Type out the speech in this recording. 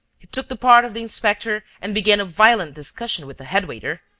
he took the part of the inspector and began a violent discussion with the head-waiter.